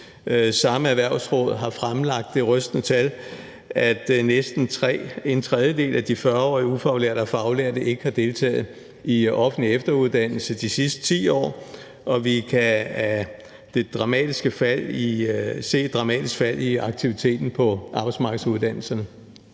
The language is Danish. Samme erhvervsråd har fremlagt det rystende tal, at næsten en tredjedel af de 40-årige ufaglærte og faglærte ikke har deltaget i offentlig efteruddannelse de sidste 10 år, og at vi kan se et dramatisk fald i aktiviteten på arbejdsmarkedsuddannelserne.